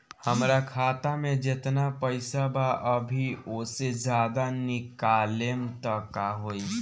हमरा खाता मे जेतना पईसा बा अभीओसे ज्यादा निकालेम त का होई?